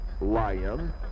Lion